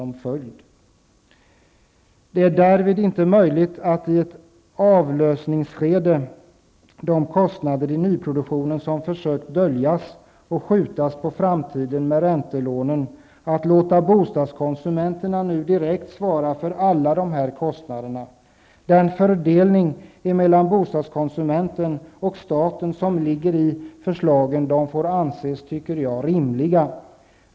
Det är därvid inte möjligt att i ett avlösningsskede, med de kostnader i nyproduktionen som man försökt dölja och skjuta på framtiden med räntelånen, låta bostadskonsumenterna direkt svara för alla kostnader. Den fördelning mellan bostadskonsumenten ocn staten som ligger i förslagen får anses rimlig.